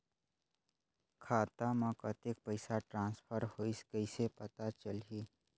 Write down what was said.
खाता म कतेक पइसा ट्रांसफर होईस कइसे पता चलही?